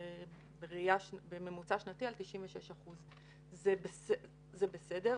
על 96%. זה בסדר.